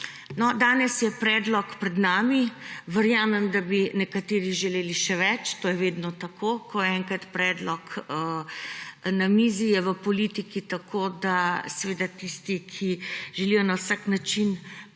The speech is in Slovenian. danes je predlog pred nami. Verjamem, da bi nekateri želeli še več. To je vedno tako. Ko je enkrat predlog na mizi, je v politiki tako, da bodo tisti, ki želijo na vsak način